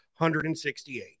168